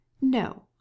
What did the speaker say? No